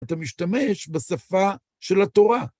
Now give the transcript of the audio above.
אתה משתמש בשפה של התורה.